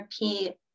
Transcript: repeat